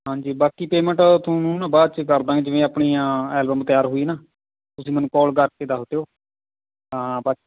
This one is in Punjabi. ਹਾਂਜੀ ਬਾਕੀ ਪੇਮੈਂਟ ਤੁਹਾਨੂੰ ਨਾ ਬਾਅਦ 'ਚ ਕਰਦਾਂਗੇ ਜਿਵੇਂ ਆਪਣੀਆਂ ਐਲਬਮ ਆ ਤਿਆਰ ਹੋਈ ਨਾ ਤੁਸੀਂ ਮੈਨੂੰ ਕੌਲ ਕਰਕੇ ਦੱਸ ਦਿਓ ਤਾਂ ਬਾਕ